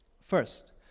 First